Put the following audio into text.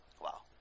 Wow